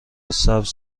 سبز